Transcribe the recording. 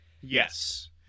Yes